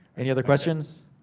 any other questions?